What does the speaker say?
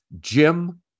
Jim